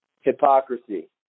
Hypocrisy